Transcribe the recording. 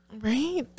Right